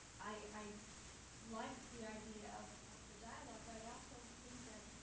i like the idea of of the dialogue, but i also think that